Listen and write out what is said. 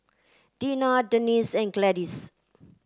Deena Dennis and Gladys